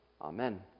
Amen